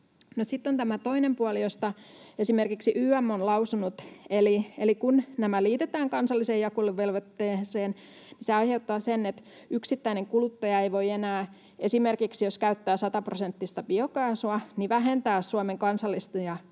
sitten on tämä toinen puoli, josta esimerkiksi YM on lausunut. Eli kun nämä liitetään kansalliseen jakeluvelvoitteeseen, niin se aiheuttaa sen, että yksittäinen kuluttaja ei voi enää esimerkiksi silloin, jos käyttää sataprosenttista biokaasua, vähentää Suomen kansallisia